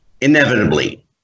inevitably